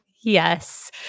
Yes